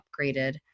upgraded